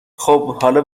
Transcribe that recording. خوب، حالا